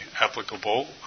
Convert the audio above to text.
applicable